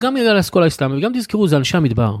גם אה אסכולה הסכמנו, גם תזכרו, זה אנשי המדבר.